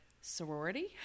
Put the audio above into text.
sorority